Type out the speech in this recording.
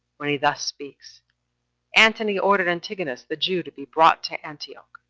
when he thus speaks antony ordered antigonus the jew to be brought to antioch,